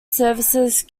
services